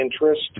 interest